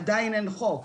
עדיין אין חוק.